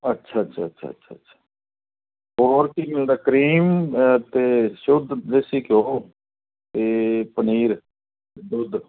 ਅੱਛਾ ਅੱਛਾ ਅੱਛਾ ਅੱਛਾ ਅੱਛਾ ਹੋਰ ਕੀ ਮਿਲਦਾ ਕਰੀਮ ਅਤੇ ਸ਼ੁੱਧ ਦੇਸੀ ਘਿਓ ਅਤੇ ਪਨੀਰ ਦੁੱਧ